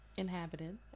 Inhabited